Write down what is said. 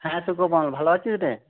হ্যাঁ সুকমল ভালো আছিস রে